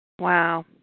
Wow